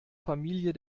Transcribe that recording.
familie